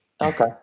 Okay